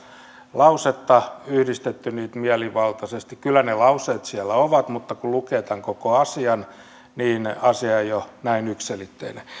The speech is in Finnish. lausetta yhdistetty niitä mielivaltaisesti kyllä ne lauseet siellä ovat mutta kun lukee tämän koko asian niin asia ei ole näin yksiselitteinen